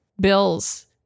bills